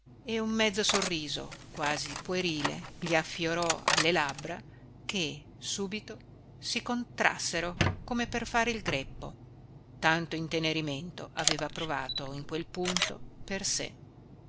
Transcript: e un mezzo sorriso quasi puerile gli affiorò alle labbra che subito si contrassero come per fare il greppo tanto intenerimento aveva provato in quel punto per sé